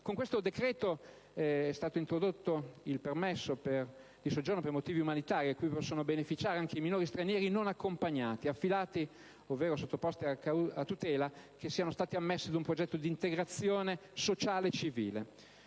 Con questo decreto è stato introdotto il permesso di soggiorno per motivi umanitari, di cui possono beneficiare anche i minori stranieri non accompagnati, affidati, ovvero sottoposti a tutela, che siano stati ammessi a un progetto di integrazione sociale e civile.